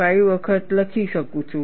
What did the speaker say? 5 વખત લખી શકું છું